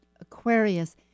Aquarius